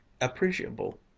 appreciable